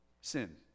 sin